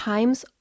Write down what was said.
Time's